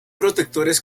protectores